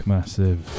Massive